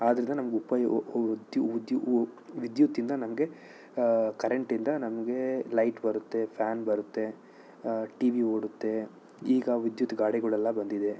ಆದ್ರಿಂದ ನಮ್ಗೆ ಉಪಯೋ ವಿದ್ಯುತ್ತಿಂದ ನಮಗೆ ಕರೆಂಟಿಂದ ನಮ್ಗೆ ಲೈಟ್ ಬರುತ್ತೆ ಫ್ಯಾನ್ ಬರುತ್ತೆ ಟಿ ವಿ ಓಡುತ್ತೆ ಈಗ ವಿದ್ಯುತ್ ಗಾಡಿಗಳೆಲ್ಲ ಬಂದಿದೆ